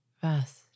vast